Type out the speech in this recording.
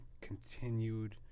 continued